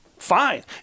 fine